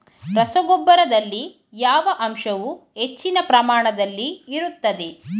ರಸಗೊಬ್ಬರದಲ್ಲಿ ಯಾವ ಅಂಶವು ಹೆಚ್ಚಿನ ಪ್ರಮಾಣದಲ್ಲಿ ಇರುತ್ತದೆ?